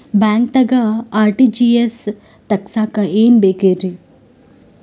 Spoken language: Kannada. ಬ್ಯಾಂಕ್ದಾಗ ಆರ್.ಟಿ.ಜಿ.ಎಸ್ ತಗ್ಸಾಕ್ ಏನೇನ್ ಬೇಕ್ರಿ?